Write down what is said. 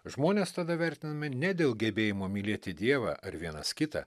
žmonės tada vertinami ne dėl gebėjimo mylėti dievą ar vienas kitą